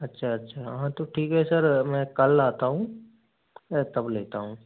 अच्छा अच्छा हाँ तो ठीक है सर मैं कल आता हूँ तब लेता हूँ